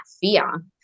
fear